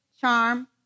charm